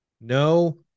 No